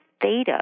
theta